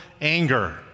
anger